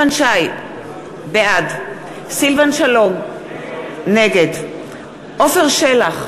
בעד סילבן שלום, נגד עפר שלח,